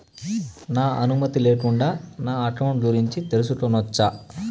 నా అనుమతి లేకుండా నా అకౌంట్ గురించి తెలుసుకొనొచ్చా?